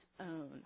own